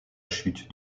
chute